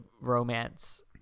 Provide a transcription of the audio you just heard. romance